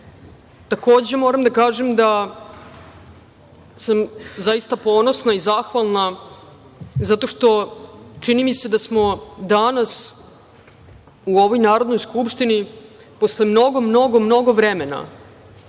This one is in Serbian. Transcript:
moram da kažem da sam zaista ponosna i zahvalna zato što smo danas u ovoj Narodnoj skupštini posle mnogo, mnogo vremena